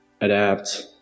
adapt